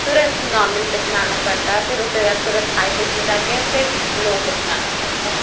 ترنت normal pitch میں آنا پڑتا ہے پھر اس کے بعد ترنت ہائی پچ میں جا کے پھر لو پچ میں آنا پڑتا ہے